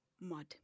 Mud